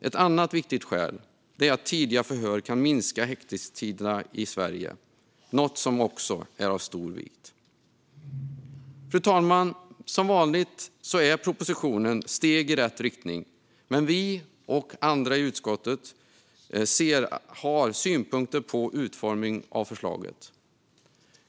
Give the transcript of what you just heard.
Ett annat viktigt skäl är att tidiga förhör kan minska häktningstiderna i Sverige, något som också är av stor vikt. Fru talman! Som vanligt innebär propositionen steg i rätt riktning, men vi och andra i utskottet har synpunkter på utformningen av förslaget.